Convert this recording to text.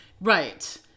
Right